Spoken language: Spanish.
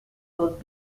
dos